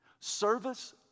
service